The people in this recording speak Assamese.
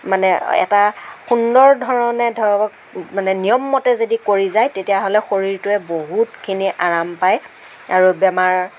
মানে এটা সুন্দৰ ধৰণে ধৰক মানে নিয়ম মতে যদি কৰি যায় তেতিয়াহ'লে শৰীৰটোৱে বহুতখিনি আৰাম পায় আৰু বেমাৰ